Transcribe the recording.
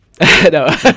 No